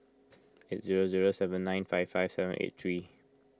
eight zero zero seven nine five five seven eight three